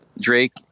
Drake